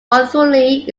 authority